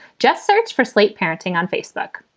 just search for slate parenting on facebook.